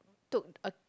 took a